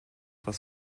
was